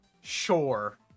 Sure